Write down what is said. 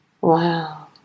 Wow